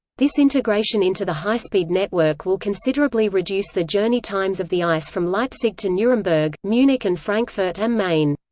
this integration into the high-speed network will considerably reduce the journey times of the ice from leipzig to nuremberg, munich munich and frankfurt am main.